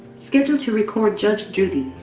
scheduled to record judge judy.